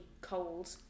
cold